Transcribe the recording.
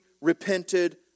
repented